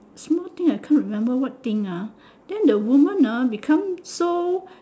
small thing I can't remember what thing ah then the woman ah become so